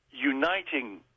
Uniting